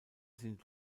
sind